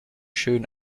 schön